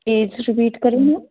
age repeat ਕਰਿਓ ma'am